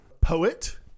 poet